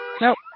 Nope